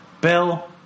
Bill